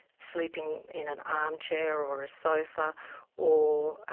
sleeping in an armchair or a sofa or